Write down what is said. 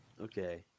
okay